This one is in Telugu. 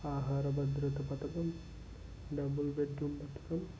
ఆహార భద్రత పథకం డబుల్ బెడ్రూమ్ పథకం